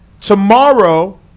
Tomorrow